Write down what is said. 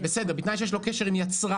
בסדר, בתנאי שיש לו קשר עם יצרן.